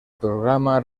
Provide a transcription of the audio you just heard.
programa